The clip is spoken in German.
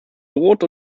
brot